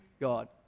God